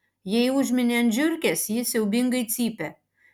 jei užmini ant žiurkės ji siaubingai cypia